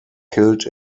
killed